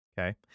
Okay